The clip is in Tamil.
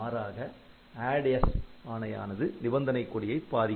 மாறாக ADDS ஆணையானது நிபந்தனை கொடியை பாதிக்கிறது